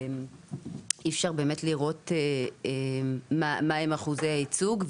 אי אפשר באמת לראות מהם אחוזי הייצוג,